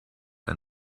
ein